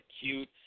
cute